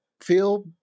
feel